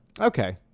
Okay